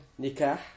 Nikah